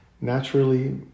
naturally